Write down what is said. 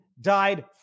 died